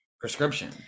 prescription